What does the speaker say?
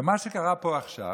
ומה שקרה פה עכשיו,